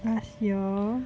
last year